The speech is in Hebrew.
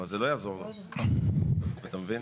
אז זה לא יעזור לו, אתה מבין?